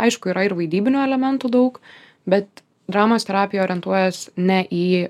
aišku yra ir vaidybinių elementų daug bet dramos terapija orientuojas ne į